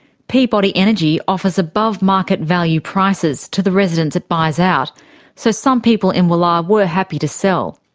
peabody energy offers above market value prices to the residents it buys out so some people in wollar were happy to sell.